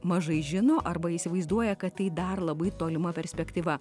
mažai žino arba įsivaizduoja kad tai dar labai tolima perspektyva